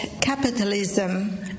capitalism